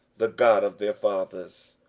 the god of their fathers.